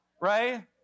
right